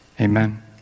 Amen